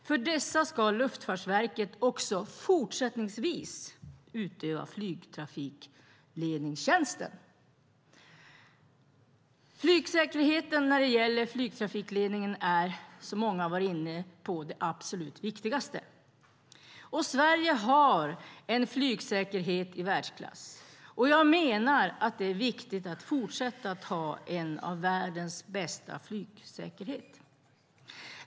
För dessa ska Luftfartsverket också fortsättningsvis utöva flygtrafikledningstjänsten. Flygsäkerheten när det gäller flygtrafikledningen är, som många har varit inne på, det absolut viktigaste. Sverige har en flygsäkerhet i världsklass. Jag menar att det är viktigt att fortsätta att ha en flygsäkerhet som är en av världens bästa.